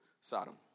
Sodom